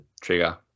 trigger